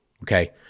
okay